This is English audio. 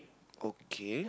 okay